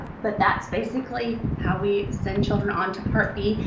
but that's basically how we send children on to part b.